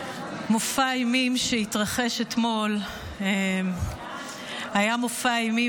מופע האימים שהתרחש אתמול היה מופע אימים,